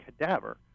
cadaver